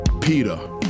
Peter